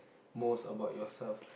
most about yourself